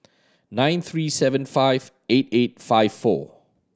nine three seven five eight eight five four